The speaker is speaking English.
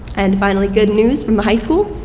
and finally, good news from the high school.